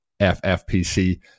FFPC